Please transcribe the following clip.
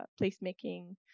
placemaking